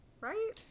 right